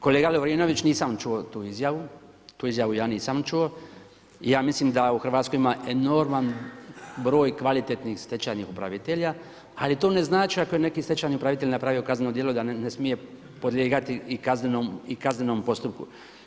Kolega Lovrinović nisam čuo tu izjavu, tu izjavu ja nisam čuo, ja mislim da u Hrvatskoj ima enorman broj kvalitetnih stečajnih upravitelja, ali to ne znači ako je neki stečajni upravitelji napravio kazneno djelo da ne smije podlijegati i kaznenom postupku.